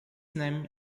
name